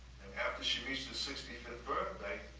happy she reached her sixty fifth birthday.